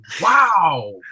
wow